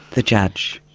the judge.